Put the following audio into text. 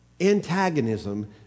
Antagonism